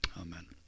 Amen